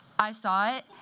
i saw it,